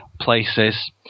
places